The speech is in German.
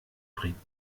bringen